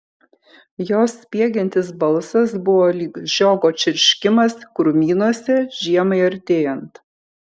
jos spiegiantis balsas buvo lyg žiogo čirškimas krūmynuose žiemai artėjant